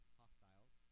hostiles